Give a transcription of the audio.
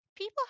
People